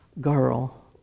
girl